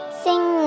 sing